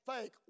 fake